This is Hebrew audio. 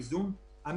עובדים בזה: חברי כנסת,